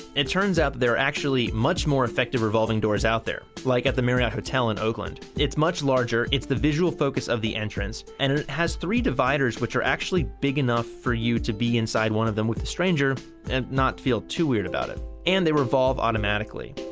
it turns up there are actually much more effective revolving doors out there. like at the marriott hotel in oakland. it's much larger, it's the visual focus of the entrance and it has three dividers which are actually big enough for you to be inside one of them with a stranger and not feel too weird about it. and they revolve automatically.